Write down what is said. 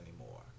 anymore